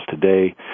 today